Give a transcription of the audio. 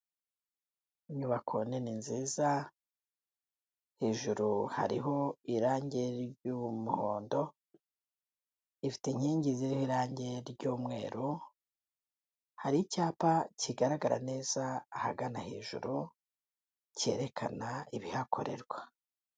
Inyubako nini nziza hejuru hariho irange ry'umuhondo, ifite inkingi ziriho irange ry'umweru, hari icyapa kigaragara neza ahagana hejuru cyerekana ibihakorerwa.